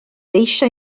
eisiau